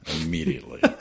immediately